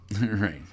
Right